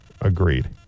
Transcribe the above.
Agreed